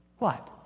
what.